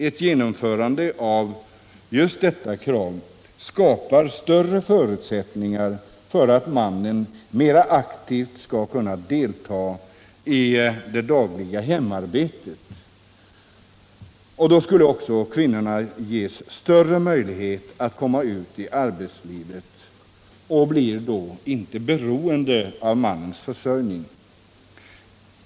Ett genomförande av detta krav skapar större förutsättningar för att mannen mera aktivt skall kunna delta i det dagliga hemarbetet. Därigenom skulle också kvinnorna ges större möjlighet att komma ut i arbetslivet, och de blir då inte beroende av mannens försörjning.